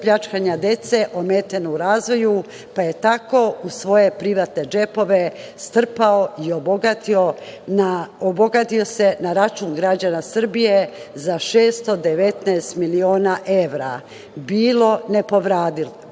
pljačkanja dece ometene u razvoju, pa je tako u svoje privatne džepove strpao i obogatio se na račun građana Srbije za 619 miliona evra. Bilo, ne povratilo